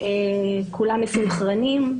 כולם מסונכרנים.